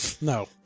No